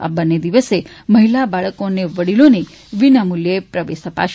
આ બંન્ને દિવસે મહિલા બાળકો અને વડિલોને વિનામૂલ્યો પ્રવેશ અપાશે